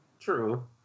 True